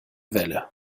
welle